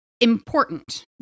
important